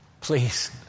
please